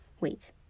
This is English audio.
wait